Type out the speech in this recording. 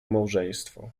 małżeństwo